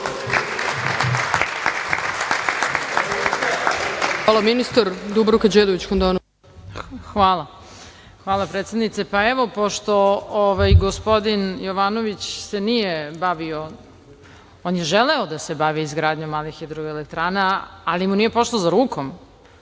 Handanović. **Dubravka Đedović Handanović** Hvala predsednice. Evo, pošto gospodin Jovanović se nije bavio, on je želeo da se bavi izgradnjom malih hidroelektrana, ali mu nije pošlo za rukom.